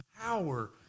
power